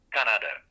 Canada